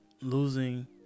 losing